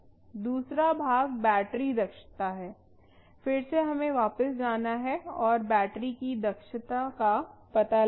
दूसरा भाग बैटरी दक्षता है फिर से हमें वापस जाना है और बैटरी की दक्षता का पता लगाना है